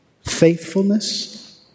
faithfulness